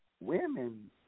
women